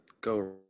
go